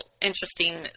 interesting